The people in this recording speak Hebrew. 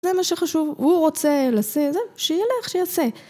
זה מה שחשוב, הוא רוצה לעשה את זה, שילך שיעשה.